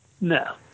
No